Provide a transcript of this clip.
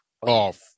off